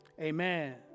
Amen